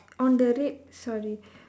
on the red sorry